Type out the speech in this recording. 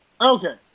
Okay